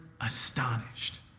astonished